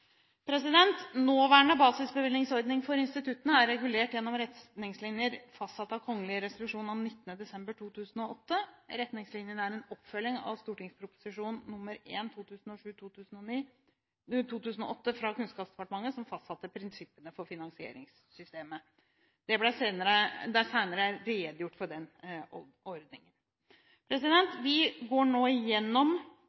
Nåværende basisbevilgningsordning for instituttene er regulert gjennom retningslinjer fastsatt ved kgl. resolusjon av 19. desember 2008. Retningslinjene er en oppfølging av St.prp. nr. 1 for 2007–2008, fra Kunnskapsdepartementet, som fastsatte prinsippene for finansieringssystemet. Det er senere redegjort for den ordningen.